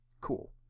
cool